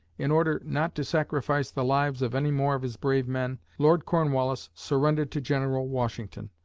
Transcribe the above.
in order not to sacrifice the lives of any more of his brave men, lord cornwallis surrendered to general washington.